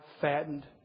fattened